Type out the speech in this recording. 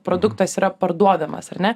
produktas yra parduodamas ar ne